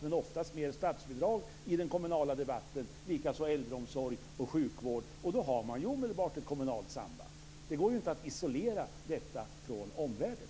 Oftast handlar det om mer statsbidrag i den kommunala debatten. Det gäller likaså äldreomsorg och sjukvård. Då har man omedelbart ett kommunalt samband. Det går inte att isolera detta från omvärlden.